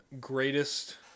greatest